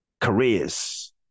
careers